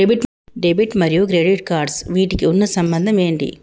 Debit మరియు credit cards వీటికి ఉన్న సంబంధం ఏంటి?